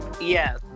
Yes